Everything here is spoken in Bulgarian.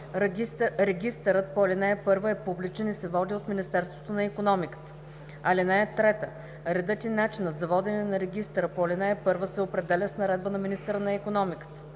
Регистърът по ал. 1 е публичен и се води от Министерството на икономиката. (3) Редът и начинът за водене на регистъра по ал. 1 се определят с наредба на министъра на икономиката.